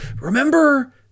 remember